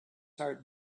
heart